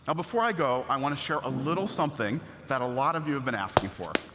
ah before i go, i want to share a little something that a lot of you have been asking for.